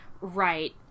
Right